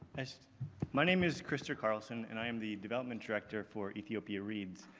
my name is krister karlsson, and i'm the development director for ethiopia reads,